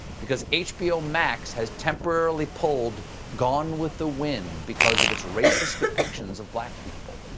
because hbo max has temporarily pulled gone with the wind because of its racist depictions of black people.